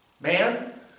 man